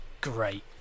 great